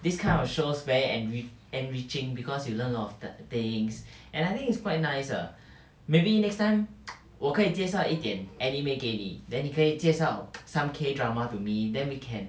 this kind of shows very enri~ enriching because you learn of tha~ things and I think it's quite nice ah maybe next time 我可以介绍一点 anime 给你 then 你可以介绍 some K drama to me then we can